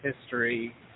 history